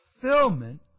fulfillment